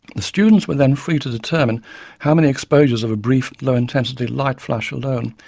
the students were then free to determine how many exposures of a brief, low-intensity light flash alone,